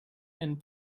and